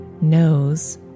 knows